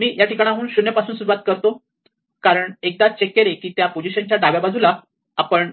मी या ठिकाणाहून 0 पासून सुरुवात करतो कारण एकदा चेक केले की त्या पोझिशन च्या डाव्या बाजूला आपण